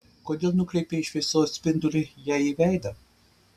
kodėl nukreipei šviesos spindulį jai į veidą